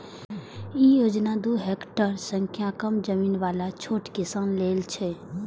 ई योजना दू हेक्टेअर सं कम जमीन बला छोट किसान लेल छै